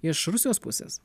iš rusijos pusės